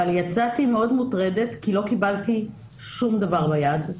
אבל יצאתי מאוד מוטרדת כי לא קיבלתי שום דבר ביד.